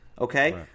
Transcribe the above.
okay